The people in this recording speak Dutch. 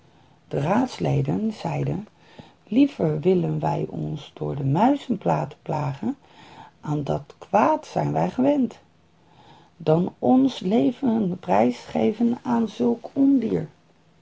de raadsleden zeiden liever willen wij ons door de muizen laten plagen aan dat kwaad zijn wij gewend dan ons leven prijs geven aan zulk